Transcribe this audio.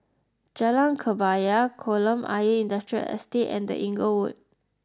Jalan Kebaya Kolam Ayer Industrial Estate and The Inglewood